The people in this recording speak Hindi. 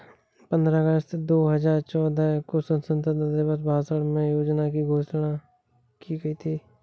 पन्द्रह अगस्त दो हजार चौदह को स्वतंत्रता दिवस भाषण में योजना की घोषणा की गयी थी